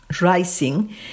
Rising